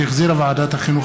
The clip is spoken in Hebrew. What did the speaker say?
שהחזירה ועדת החינוך,